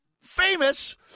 famous